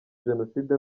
jenoside